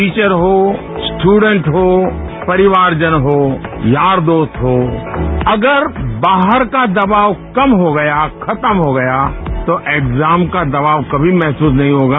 teacher हो student हो ॅपरिवार जन हो यार दोस्त हो अगर बाहर का दवाब कम हो गया खत्म हो गया तो एक्जाम को दवाब कभी महसूस नहीं होगा